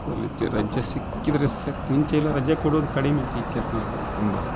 ಅಲ್ಲಿ ರಜೆ ಸಿಕ್ಕಿದರೆ ಸಾಕು ಮುಂಚೆ ಎಲ್ಲ ರಜೆ ಕೊಡೋದು ಕಡಿಮೆ ಟೀಚರ್ನವರೆಲ್ಲ ತುಂಬ